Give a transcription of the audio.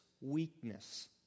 weakness